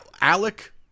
Alec